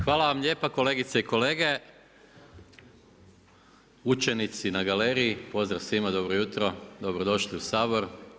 Hvala vam lijepa kolegice i kolege, učenici na galeriji pozdrav svima dobro jutro, dobro došli u Sabor.